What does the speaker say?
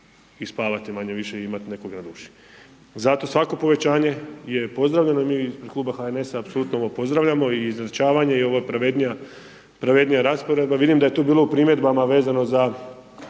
i spavati manje-više i imati nekog na duši. Zato svako povećanje je pozdravljeno i mi iz kluba HNS-a apsolutno ovo pozdravljamo i izjednačavanje i ovo pravednija rasporedba, vidim da je tu bilo u primjedbama vezano za